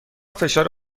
فشار